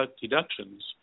deductions